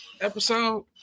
episode